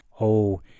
Oh